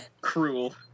cruel